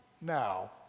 now